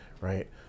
right